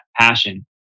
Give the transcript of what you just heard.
passion